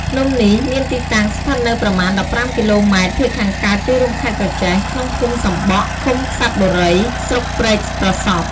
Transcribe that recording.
ភ្នំនេះមានទីតាំងស្ថិតនៅប្រមាណ ១៥ គីឡូម៉ែត្រភាគខាងកើតទីរួមខេត្តក្រចេះ ក្នុងភូមិសំបក់ ឃុំក្សិត្របុរី ស្រុកព្រែកប្រសព្វ ។